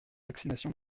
vaccination